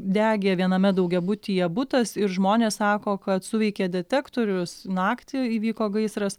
degė viename daugiabutyje butas ir žmonės sako kad suveikė detektorius naktį įvyko gaisras